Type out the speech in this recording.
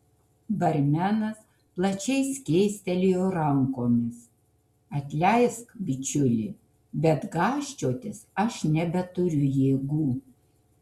barmenas plačiai skėstelėjo rankomis atleisk bičiuli bet gąsčiotis aš nebeturiu jėgų